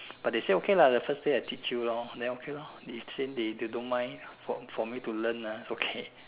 but they say okay lah the first day I teach you lor then okay lor if since they don't mind for me to learn it's okay